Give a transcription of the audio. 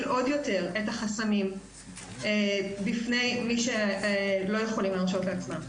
עוד יותר את החסמים בפני כאלה שלא יכולים להרשות לעצמם.